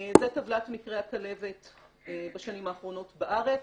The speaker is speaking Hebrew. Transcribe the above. זו טבלת מקרי הכלבת בשנים האחרונות בארץ.